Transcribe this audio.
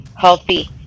healthy